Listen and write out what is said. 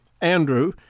Andrew